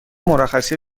مرخصی